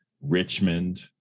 Richmond